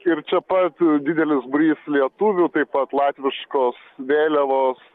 ir čia pat didelis būrys lietuvių taip pat latviškos vėliavos